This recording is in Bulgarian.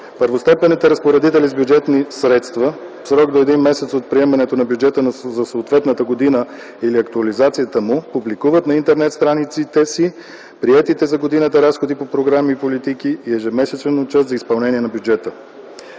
Първостепенните разпоредители с бюджетни средства в срок до един месец от приемането на бюджета за съответната година или актуализацията му публикуват на интернет-страниците си приетите за годината разходи по програми и политики и ежемесечен отчет за изпълнението на бюджета.”